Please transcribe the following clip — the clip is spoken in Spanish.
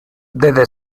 desde